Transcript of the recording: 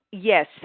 Yes